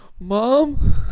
Mom